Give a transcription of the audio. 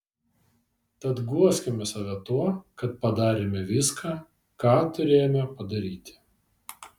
tad guoskime save tuo kad padarėme viską ką turėjome padaryti